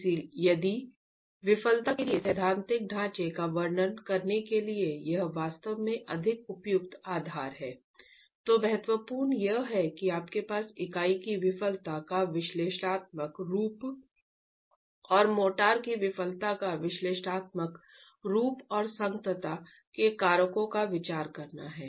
इसलिए यदि विफलता के लिए सैद्धांतिक ढांचे का वर्णन करने के लिए यह वास्तव में अधिक उपयुक्त आधार है तो महत्वपूर्ण यह है कि आपके पास इकाई की विफलता का विश्लेषणात्मक रूप और मोर्टार की विफलता का विश्लेषणात्मक रूप और संगतता के कारकों पर विचार करना है